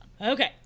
Okay